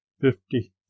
fifty